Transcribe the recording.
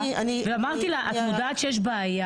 אבל אני, אני --- ואמרתי לה את יודעת שיש בעיה?